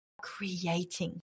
creating